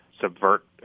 subvert